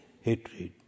hatred